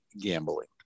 gambling